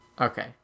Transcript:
Okay